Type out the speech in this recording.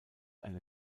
eine